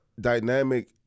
dynamic